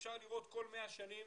אפשר לראות כל 100 שנים